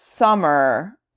summer